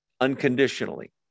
unconditionally